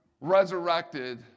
resurrected